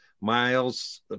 Miles